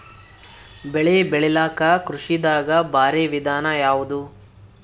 ಬೆಳೆ ಬೆಳಿಲಾಕ ಕೃಷಿ ದಾಗ ಭಾರಿ ವಿಧಾನ ಯಾವುದು?